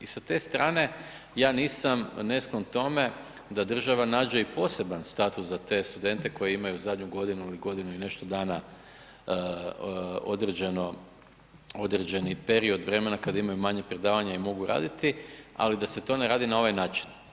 I sa te strane, ja nisam nesklon tome da država nađe i poseban status za te studente koji imaju zadnju godinu ili godinu i nešto dana određeni period vremena kad imaju manje predavanja i mogu raditi, ali da se to ne radi na ovaj način.